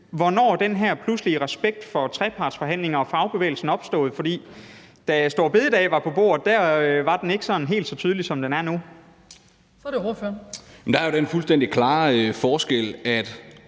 hvornår den her pludselige respekt for trepartsforhandlinger og fagbevægelsen er opstået, for da store bededag var på bordet, var den ikke sådan helt så tydelig, som den er nu. Kl. 20:03 Den fg. formand